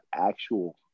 actual